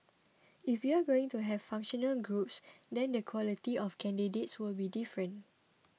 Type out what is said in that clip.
if you're going to have functional groups then the quality of candidates will be different